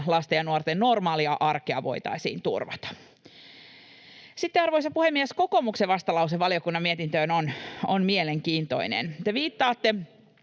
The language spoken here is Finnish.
lasten ja nuorten normaalia arkea voitaisiin turvata. Sitten, arvoisa puhemies, kokoomuksen vastalause valiokunnan mietintöön on mielenkiintoinen. Te viittaatte